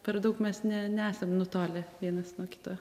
per daug mes ne nesam nutolę vienas nuo kito